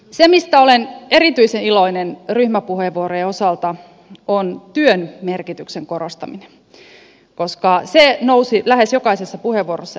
se mistä olen erityisen iloinen ryhmäpuheenvuorojen osalta on työn merkityksen korostaminen koska se nousi lähes jokaisessa puheenvuorossa esille